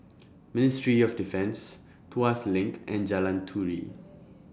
Ministry of Defence Tuas LINK and Jalan Turi